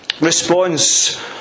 Response